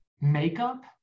makeup